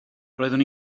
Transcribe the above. roeddwn